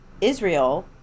Israel